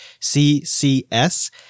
CCS